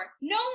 no